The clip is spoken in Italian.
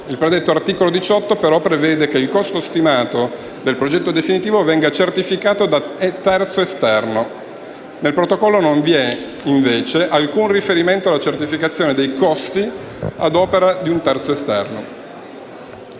Il predetto articolo 18, però, prevede che il costo stimato del progetto definitivo venga certificato da un terzo esterno. Nel Protocollo non vi è invece alcun riferimento alla certificazione dei costi a opera di un terzo esterno.